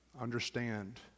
understand